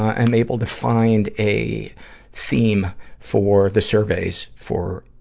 am able to find a theme for the surveys for,